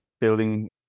building